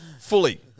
fully